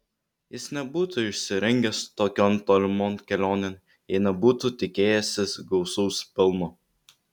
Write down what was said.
jis nebūtų išsirengęs tokion tolimon kelionėn jei nebūtų tikėjęsis gausaus pelno